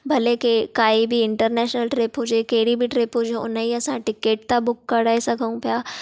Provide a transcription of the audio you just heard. भले काई बि इन्टरनेशनल ट्रिप हुजे कहिड़ी बि ट्रिप हुजे उनजी असां टिकेट था बुक कराए सघूं पिया